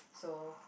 so